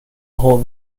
pull